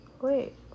Wait